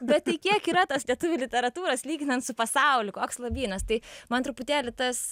bet tai kiek yra tos lietuvių literatūros lyginant su pasauliu koks lobynas tai man truputėlį tas